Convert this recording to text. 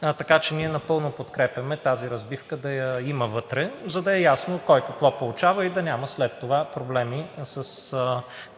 така че ние напълно подкрепяме тази разбивка да я има вътре, за да е ясно кой какво получава и да няма след това проблеми с